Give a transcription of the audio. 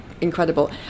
incredible